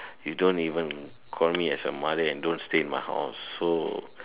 you don't even call me as a mother and don't stay in my house so